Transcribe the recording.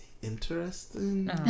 Interesting